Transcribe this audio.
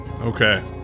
Okay